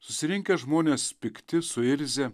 susirinkę žmonės pikti suirzę